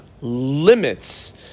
limits